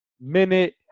minute